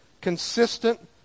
consistent